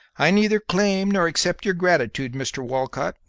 i neither claim nor accept your gratitude, mr. walcott,